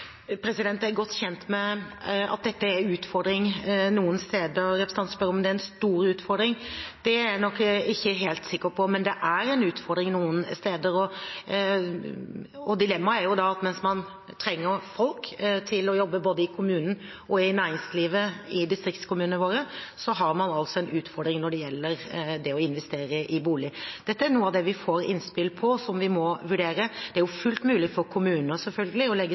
Jeg er godt kjent med at dette er en utfordring noen steder. Representanten spør om det er en stor utfordring. Det er jeg nok ikke sikker på, men det er en utfordring noen steder. Dilemmaet er at mens man trenger folk til å jobbe både i kommunen og i næringslivet i distriktskommunene våre, har man altså en utfordring når det gjelder det å investere i bolig. Dette er noe av det vi får innspill på, som vi må vurdere. Det er selvfølgelig fullt mulig for kommuner å legge